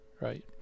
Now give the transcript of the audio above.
right